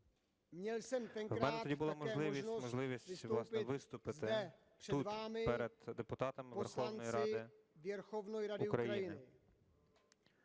У мене тоді була можливість, власне, виступити тут перед депутатами Верховної Ради України.